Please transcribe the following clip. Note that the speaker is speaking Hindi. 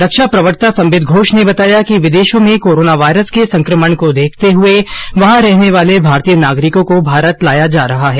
रक्षा प्रवक्ता संबित घोष ने बताया कि विदेशों में कोरोना वायरस के संक्रमण को देखते हुए वहां रहने वाले भारतीय नागारिकों को भारत लाया जा रहा है